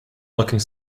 looking